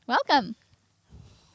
Welcome